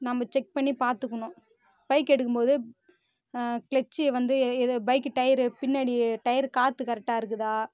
நம்ம செக் பண்ணி பார்த்துக்குணும் பைக் எடுக்கும்போது கிளெட்ச்சி வந்து எது பைக்கு டயரு பின்னாடி டயரு காற்று கரெக்டாக இருக்குதா